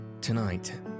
Tonight